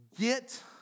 Get